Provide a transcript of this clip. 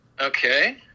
okay